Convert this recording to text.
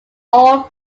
all